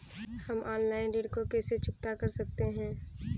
हम ऑनलाइन ऋण को कैसे चुकता कर सकते हैं?